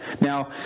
Now